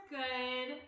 good